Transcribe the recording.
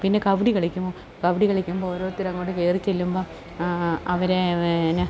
പിന്നെ കബഡി കളിക്കും കബഡി കളിക്കുമ്പോൾ ഓരോരുത്തർ അങ്ങോട്ട് കയറിച്ചെല്ലുമ്പം അവരെ പിന്നെ